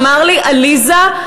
אמר לי: עליזה,